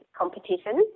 competition